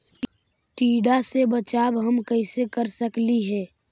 टीडा से बचाव हम कैसे कर सकली हे?